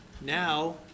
Now